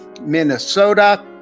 Minnesota